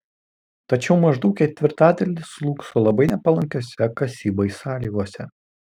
tačiau maždaug ketvirtadalis slūgso labai nepalankiose kasybai sąlygose